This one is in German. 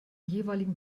jeweiligen